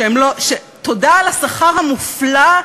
תודה על השכר המופלא,